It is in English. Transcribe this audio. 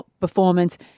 performance